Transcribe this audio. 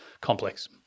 complex